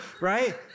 right